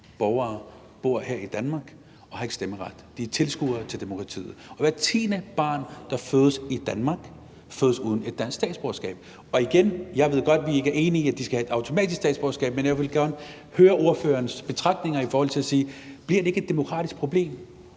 der bor her i Danmark, ikke har stemmeret. De er tilskuere til demokratiet. Og hvert tiende barn, der fødes i Danmark, fødes uden et dansk statsborgerskab. Igen vil jeg sige, at jeg godt ved, at vi ikke er enige om, at de automatisk skal have et statsborgerskab, men jeg vil godt høre ordførerens betragtninger i forhold til spørgsmålet: Bliver det ikke et demokratisk problem,